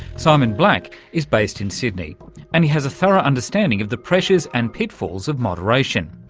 simon black is based in sydney and he has a thorough understanding of the pressures and pitfalls of moderation.